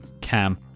Cam